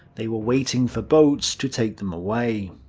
they were waiting for boats to take them away.